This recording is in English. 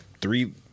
three